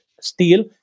steel